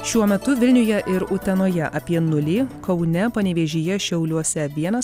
šiuo metu vilniuje ir utenoje apie nulį kaune panevėžyje šiauliuose vienas